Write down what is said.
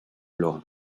lorrain